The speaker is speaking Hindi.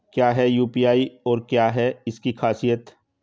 क्या है यू.पी.आई और क्या है इसकी खासियत?